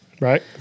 Right